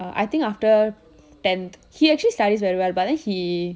uh I think after tenth he actually studies very well but then he